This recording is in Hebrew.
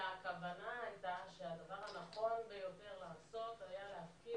שהכוונה הייתה שהדבר הנכון ביותר לעשות היה להפקיד